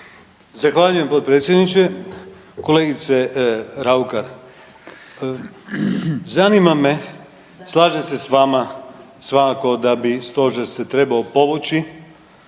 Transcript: Zahvaljujem potpredsjedniče. Kolegice Raukar, zanima me slažem se s vama svakako da bi stožer se trebao povući,